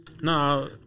No